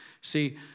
See